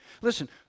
Listen